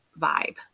vibe